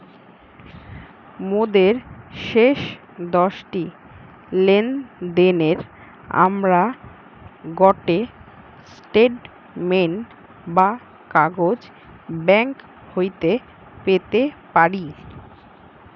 মোদের শেষ দশটি লেনদেনের আমরা গটে স্টেটমেন্ট বা কাগজ ব্যাঙ্ক হইতে পেতে পারি